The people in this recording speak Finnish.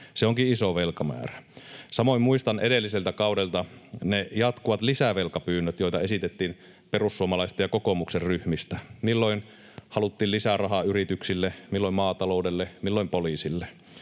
Se onkin iso velkamäärä. Samoin muistan edelliseltä kaudelta ne jatkuvat lisävelkapyynnöt, joita esitettiin perussuomalaisten ja kokoomuksen ryhmistä — milloin haluttiin lisää rahaa yrityksille, milloin maataloudelle, milloin poliisille.